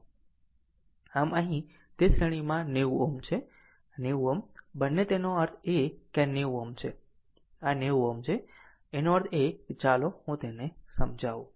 આમ અહીં તે શ્રેણીમાં 90 છે અને 90 Ω અને તેનો અર્થ એ કે આ 90 Ω છે આ 90 Ω છે એનો અર્થ છે ચાલો હું તેને સમજાવું